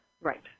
Right